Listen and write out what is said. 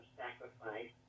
sacrifice